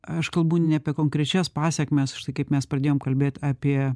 aš kalbu ne apie konkrečias pasekmes štai kaip mes pradėjom kalbėt apie